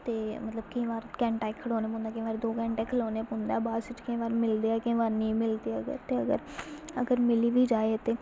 ते मतलब केईं बार घैंटा इक खड़ौना पौंदा ऐ केईं बार दो घैंटा बी खड़ौने पौंदा ऐ बस्स च केईं बार मिलदी ऐ केईं बार नेईं मिलदी ते अगर मिली बी जाये ते